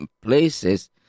Places